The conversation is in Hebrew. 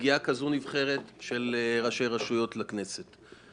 מגיעה כזאת נבחרת של ראשי רשויות לכנסת.